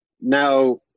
Now